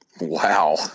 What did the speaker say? Wow